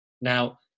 Now